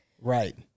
Right